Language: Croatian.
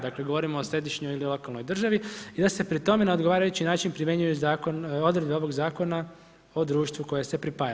Dakle, govorimo o središnjoj ili lokalnoj državi i da se pri tome na odgovarajući način primjenjuje odredbe ovog zakona o društvu koji se pripaja.